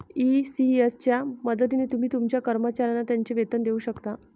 ECS च्या मदतीने तुम्ही तुमच्या कर्मचाऱ्यांना त्यांचे वेतन देऊ शकता